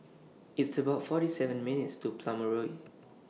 It's about forty seven minutes' Walk to Plumer Road